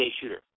shooter